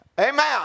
Amen